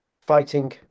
fighting